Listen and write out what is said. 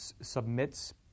submits